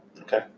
Okay